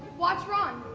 watch ron.